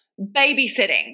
babysitting